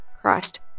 Christ